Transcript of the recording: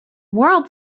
world